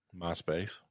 MySpace